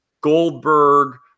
Goldberg